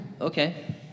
Okay